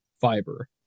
fiber